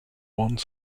one